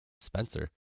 spencer